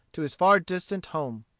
to his far-distant home.